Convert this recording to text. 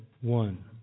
one